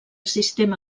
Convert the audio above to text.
sistema